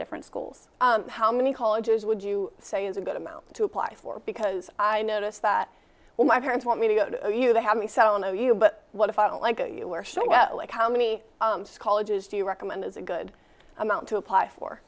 different schools how many colleges would you say is a good amount to apply for because i noticed that when my parents want me to go to you they have me so i'll know you but what if i don't like you were showing like how many colleges do you recommend as a good amount to apply for